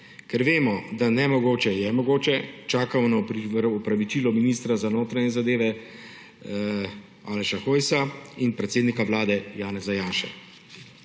Ker vemo, da nemogoče je mogoče, čakamo na opravičilo ministra za notranje zadeve Aleša Hojsa in predsednika Vlade Janeza Janše.